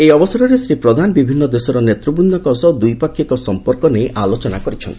ଏହି ଅବସରରେ ଶ୍ରୀ ପ୍ରଧାନ ବିଭିନ୍ନ ଦେଶର ନେତୃବ୍ଦ୍ଦଙ୍କ ସହ ଦ୍ୱିପାକ୍ଷିକ ସଂପର୍କ ନେଇ ଆଲୋଚନା କରିଛନ୍ତି